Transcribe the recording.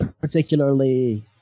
particularly